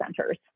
centers